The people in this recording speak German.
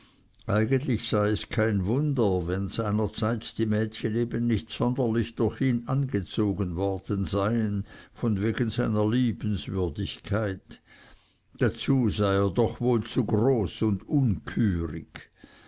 eigentlich sei es kein wunder wenn seiner zeit die mädchen eben nicht sonderlich durch ihn angezogen worden seien von wegen seiner liebenswürdigkeit dazu sei er doch wohl zu groß und